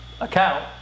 account